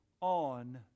on